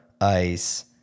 ice